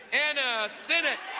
anna sinnott